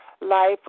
life